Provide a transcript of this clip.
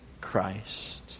Christ